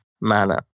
manner